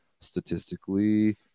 statistically